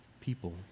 people